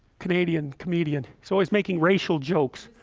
canadian comedian so he's making racial jokes.